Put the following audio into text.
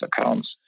accounts